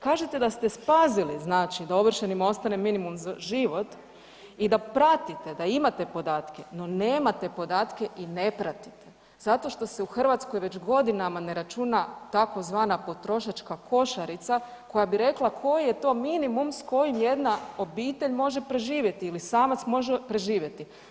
Kažete da ste spasili znači, da ovršenima ostane minimum za život i da pratite da imate podatke, no nemate podatke i ne pratite, zato što se u Hrvatskoj već godinama ne računa tzv. potrošačka košarica koja bi rekla koji je to minimum s kojim jedna obitelj može preživjeti ili samac može preživjeti.